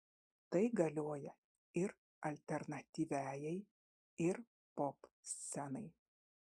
tai galioja ir alternatyviajai ir popscenai